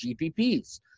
GPPs